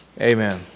Amen